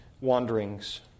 wanderings